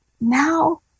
Now